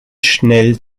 schnell